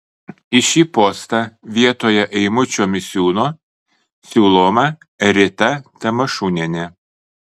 į šį postą vietoje eimučio misiūno siūloma rita tamašunienė